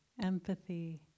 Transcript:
Empathy